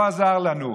לא עזר לנו.